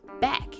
back